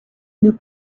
nous